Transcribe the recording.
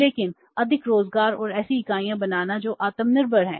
लेकिन अधिक रोजगार और ऐसी इकाइयाँ बनाना जो आत्मनिर्भर हैं